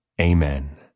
Amen